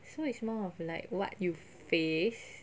so it's more of like what you face